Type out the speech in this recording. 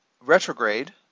Retrograde